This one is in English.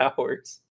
hours